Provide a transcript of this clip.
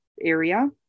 area